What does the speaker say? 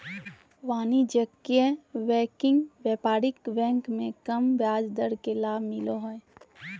वाणिज्यिक बैंकिंग व्यापारिक बैंक मे कम ब्याज दर के लाभ मिलो हय